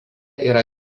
yra